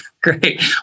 great